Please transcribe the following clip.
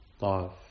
love